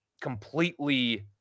completely –